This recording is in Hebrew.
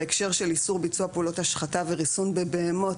בהקשר של איסור ביצוע פעולות השחתה וריסון בבהמות,